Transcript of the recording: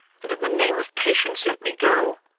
and in the name of patience let me go